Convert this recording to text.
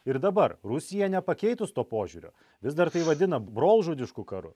ir dabar rusija nepakeitus to požiūrio vis dar tai vadina brolžudišku karu